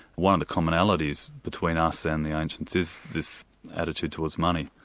one of the commonalities between us and the ancients is this attitude towards money.